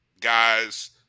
guys